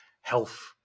health